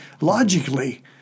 logically